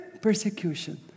persecution